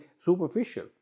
superficial